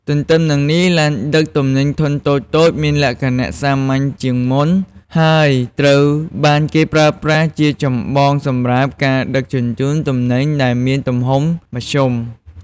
ទន្ទឹមនឹងនេះ ឡានដឹកទំនិញធុនតូចៗមានលក្ខណៈសាមញ្ញជាងមុន ហើយត្រូវបានគេប្រើប្រាស់ជាចម្បងសម្រាប់ការដឹកជញ្ជូនទំនិញដែលមានទំហំមធ្យម។